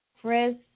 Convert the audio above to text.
Chris